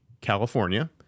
California